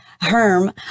Herm